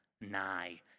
nigh